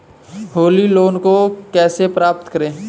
Holi loan को कैसे प्राप्त करें?